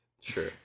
Sure